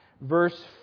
Verse